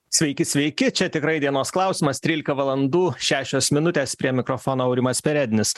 sveiki sveiki čia tikrai dienos klausimas trylika valandų šešios minutės prie mikrofono aurimas perednis